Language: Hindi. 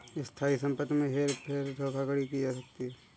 स्थायी संपत्ति में हेर फेर कर धोखाधड़ी की जा सकती है